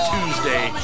Tuesday